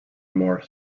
more